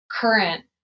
current